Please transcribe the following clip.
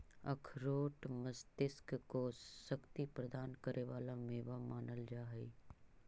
अखरोट मस्तिष्क को शक्ति प्रदान करे वाला मेवा मानल जा हई